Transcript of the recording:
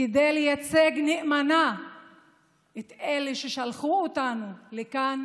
כדי לייצג נאמנה את אלה ששלחו אותנו לכאן